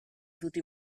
tutti